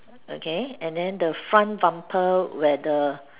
okay and then the front bumper where the